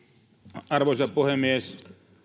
arvoisa puhemies